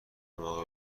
موقع